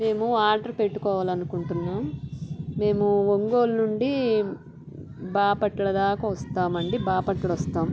మేము ఆర్డర్ పెట్టుకోవాలి అనుకుంటున్నాం మేము ఒంగోల్ నుండి బాపట్ల దాకా వస్తాం అండి బాపట్ల వస్తాం